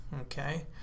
okay